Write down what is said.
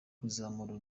kuzamura